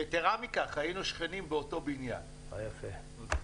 -- יתרה מכך, היינו שכנים באותו בניין ברמת שרת.